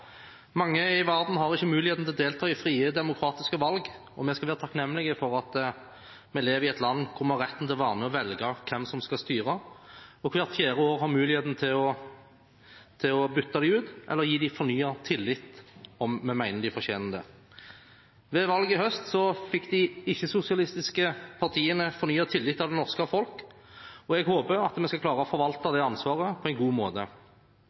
Mange i verden har ikke muligheten til å delta i frie, demokratiske valg, og vi skal være takknemlige for at vi lever i et land hvor vi har rett til å være med på å velge hvem som skal styre, og hvor vi hvert fjerde år har muligheten til å bytte dem ut eller gi dem fornyet tillit, om vi mener de fortjener det. Ved valget i høst fikk de ikke-sosialistiske partiene fornyet tillit av det norske folk, og jeg håper vi skal klare å forvalte det ansvaret på en god måte.